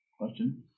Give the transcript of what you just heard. question